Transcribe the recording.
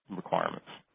requirements.